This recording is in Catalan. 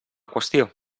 qüestió